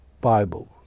Bible